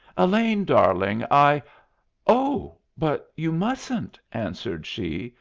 elaine, darling, i oh, but you mustn't! answered she,